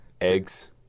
Eggs